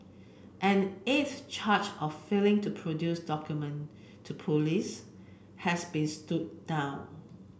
an eighth charge of failing to produce document to police has been stood down